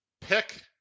pick